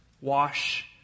Wash